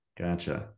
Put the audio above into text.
Gotcha